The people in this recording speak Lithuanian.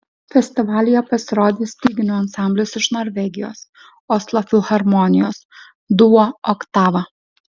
festivalyje pasirodys styginių ansamblis iš norvegijos oslo filharmonijos duo oktava